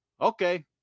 okay